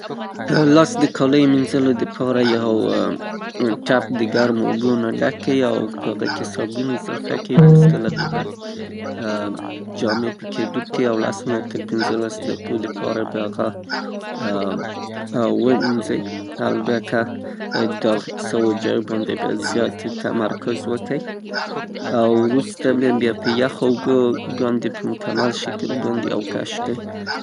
په لاس د کالیو مینځلو د پاره یو ټپ د ګرمو اوبو نه ډک کئ او په هغه کې صابون اضافه کئ. وروسته له هغه نه جامې پکې ډوب کئ او د لسو نه تر پنځه لسو دقیقو پورې هغه ، ومینځئ، البته داغ شوو ځایو باندې با زیات تمرکز وکئ، او وروسته به یې بیا په یخو اوبو په مکمل شکل باندې اوکش کړئ.